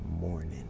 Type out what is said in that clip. morning